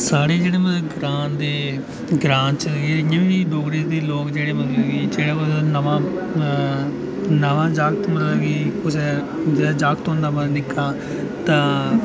साढ़े मतलब जेह्ड़े ग्रांऽ दे एह् इं'या बी डोगरें दे लोक जेह्के नमां नमां जागत् मतलब कि कुसै जागत् होंदा निक्का तां